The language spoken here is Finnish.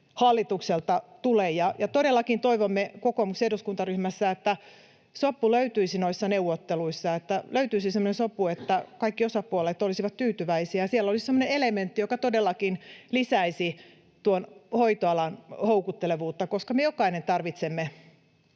hallitukselta tule. Todellakin toivomme kokoomuksen eduskuntaryhmässä, että sopu löytyisi noissa neuvotteluissa, että löytyisi semmoinen sopu, että kaikki osapuolet olisivat tyytyväisiä ja siellä olisi semmoinen elementti, joka todellakin lisäisi hoitoalan houkuttelevuutta, koska meistä jokainen tarvitsee